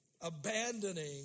abandoning